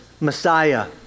Messiah